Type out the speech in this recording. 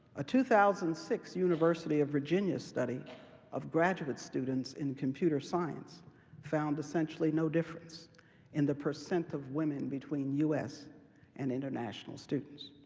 a two thousand and six university of virginia study of graduate students in computer science found essentially no difference in the percent of women between us and international students.